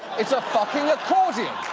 it's a fucking accordion.